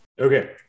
Okay